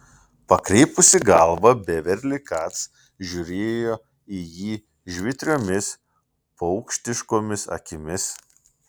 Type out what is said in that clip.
pakreipusi galvą beverli kac žiūrėjo į jį žvitriomis paukštiškomis akimis